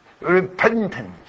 repentance